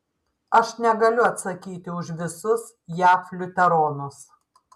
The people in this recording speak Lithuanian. aš negaliu atsakyti už visus jav liuteronus